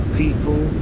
people